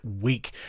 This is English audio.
week